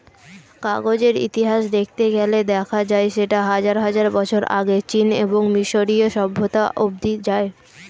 কাগজের ইতিহাস দেখতে গেলে দেখা যায় সেটা হাজার হাজার বছর আগে চীন এবং মিশরীয় সভ্যতা অবধি যায়